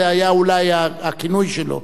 זה היה אולי הכינוי שלו.